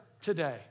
today